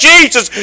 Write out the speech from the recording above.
Jesus